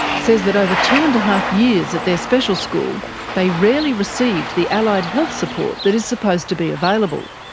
says that over two and a half years at their special school they rarely received the allied health support that is supposed to be available,